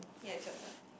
ya it's your turn